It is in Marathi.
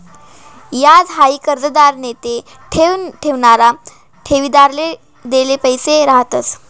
याज हाई कर्जदार नैते ठेव ठेवणारा ठेवीदारले देल पैसा रहातंस